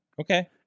Okay